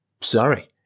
sorry